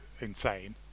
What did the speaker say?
insane